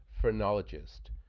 phrenologist